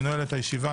אני נועל את הישיבה.